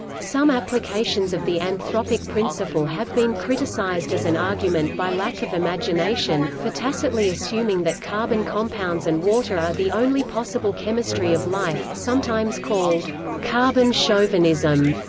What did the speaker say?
some applications of the anthropic principle have been criticized as an argument by lack of imagination, for tacitly assuming that carbon compounds and water are the only possible chemistry of life sometimes called carbon chauvinism,